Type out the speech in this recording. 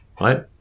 right